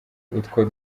utwo